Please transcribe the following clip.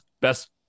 best